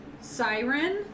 siren